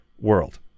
world